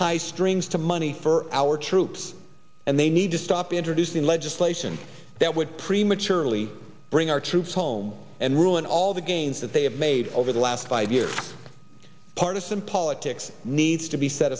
tie strings to money for our troops and they need to stop introducing legislation that would prematurely bring our troops home and ruin all the gains that they have made over the last five years partisan politics needs to be set